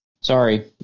sorry